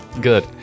Good